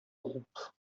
groupes